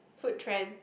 food trend